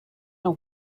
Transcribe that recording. are